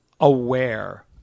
aware